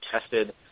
tested